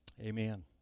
Amen